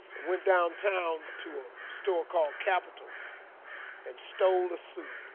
went downtown to a store called capital and stole the suit.